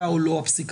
או לא הפסיקה,